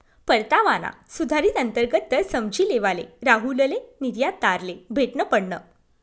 परतावाना सुधारित अंतर्गत दर समझी लेवाले राहुलले निर्यातदारले भेटनं पडनं